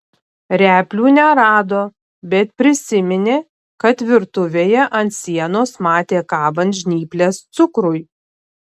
replių nerado bet prisiminė kad virtuvėje ant sienos matė kabant žnyples cukrui